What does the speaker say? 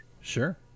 Sure